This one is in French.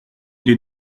des